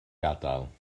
gadael